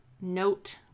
note